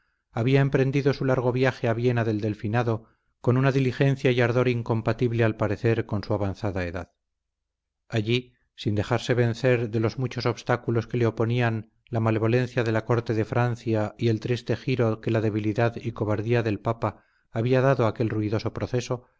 había emprendido su largo viaje a viena del delfinado con una diligencia y ardor incompatible al parecer con su avanzada edad allí sin dejarse vencer de los muchos obstáculos que le oponían la malevolencia de la corte de francia y el triste giro que la debilidad y cobardía del papa había dado a aquel ruidoso proceso